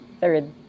Third